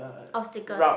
obstacle